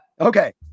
Okay